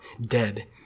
dead